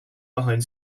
behind